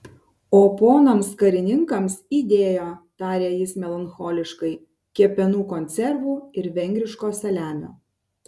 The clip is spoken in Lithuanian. o ponams karininkams įdėjo tarė jis melancholiškai kepenų konservų ir vengriško saliamio